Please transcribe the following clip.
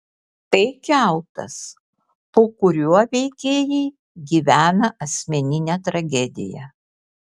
tai kiautas po kuriuo veikėjai gyvena asmeninę tragediją